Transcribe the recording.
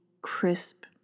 crisp